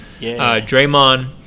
Draymond